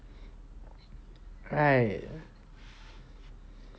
right